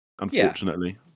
unfortunately